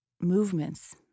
movements